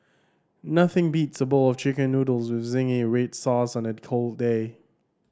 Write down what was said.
nothing beats a bowl of Chicken Noodles with zingy red sauce on a cold day